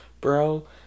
bro